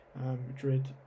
Madrid